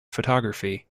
photography